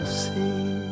see